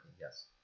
Yes